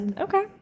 Okay